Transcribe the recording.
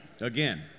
Again